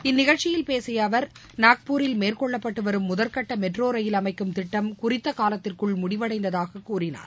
இந்நிகழ்ச்சியில் பேசிய அவர் நாக்பூரில் மேற்கொள்ளப்பட்டு வரும் முதற்கட்ட மெட்ரோ ரயில் அமைக்கும் திட்டம் குறித்த காலத்திற்குள் முடிவடைந்ததாக கூறினார்